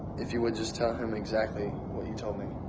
if you would just tell him exactly what you told me.